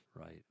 Right